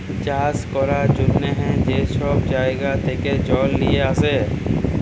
চাষ ক্যরার জ্যনহে যে ছব জাইগা থ্যাকে জল লিঁয়ে আসে